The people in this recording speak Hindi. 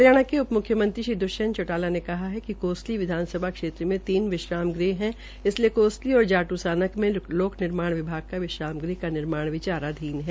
हरियाणा के उप मुख्यमंत्री श्री द्ष्यंत चौटाला ने कहा कि कोसली विधानसभा क्षेत्र में तीन विश्राम गृह है इसलिए कोसली और जादूसाना में लोक निर्माण विभाग का विश्राम गृह का निर्माण विचाराधीन है